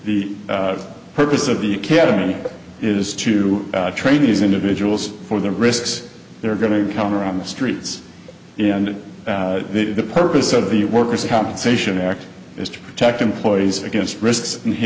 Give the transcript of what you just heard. because the purpose of the cademy is to train these individuals for the risks they're going to encounter on the streets and that is the purpose of the worker's compensation act is to protect employees against risks and he